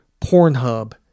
Pornhub